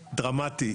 דרמטי.